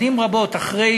שנים רבות אחרי